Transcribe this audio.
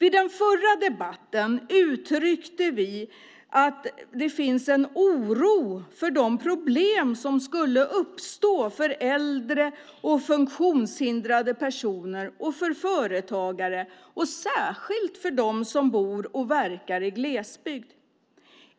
I den förra debatten uttryckte vi en oro för problem som skulle kunna uppstå för äldre och funktionshindrade personer och för företagare, och särskilt för dem som bor och verkar i glesbygd.